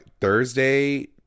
Thursday